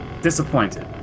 Disappointed